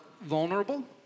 vulnerable